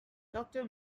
doctor